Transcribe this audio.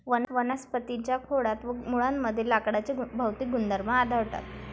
वनस्पतीं च्या खोडात व मुळांमध्ये लाकडाचे भौतिक गुणधर्म आढळतात